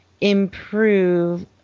improve